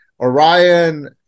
Orion